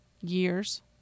years